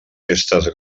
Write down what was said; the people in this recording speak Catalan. festes